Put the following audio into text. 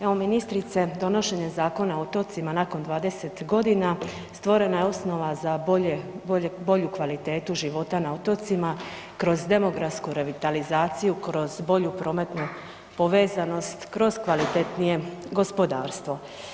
Evo ministrice, donošenjem Zakona o otocima nakon 20 godina stvorena je osnova za bolju kvalitetu života na otocima kroz demografsku revitalizaciju, kroz bolju prometnu povezanost, kroz kvalitetnije gospodarstvo.